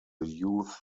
youth